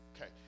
Okay